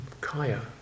Kaya